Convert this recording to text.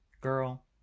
girl